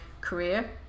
career